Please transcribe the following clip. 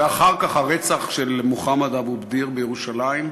ואחר כך הרצח של מוחמד אבו ח'דיר בירושלים,